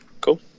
Cool